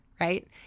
right